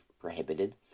prohibited